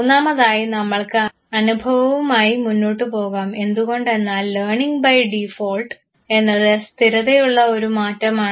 മൂന്നാമതായി നമ്മൾക്ക് അനുഭവവുമായി മുന്നോട്ടുപോകാം എന്തുകൊണ്ടെന്നാൽ ലേണിങ് ബൈ ഡീഫോൾട്ട് എന്നത് സ്ഥിരതയുള്ള ഒരു മാറ്റമാണ്